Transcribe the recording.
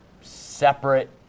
separate